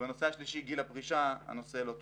ובנושא השלישי, גיל הפרישה, הנושא לא תוקן.